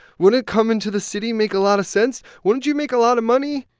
wouldn't coming to the city make a lot of sense? wouldn't you make a lot of money?